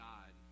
God